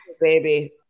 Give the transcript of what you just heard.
baby